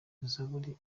zaburi